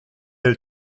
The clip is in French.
elle